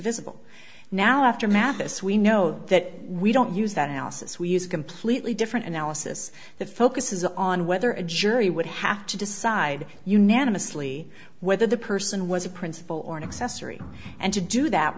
divisible now after mathis we know that we don't use that analysis we use completely different analysis that focuses on whether a jury would have to decide unanimously whether the person was a principal or an accessory and to do that